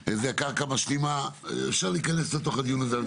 קרקע משלימה, אפשר להיכנס לתוך הדיון הזה.